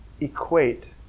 equate